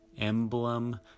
emblem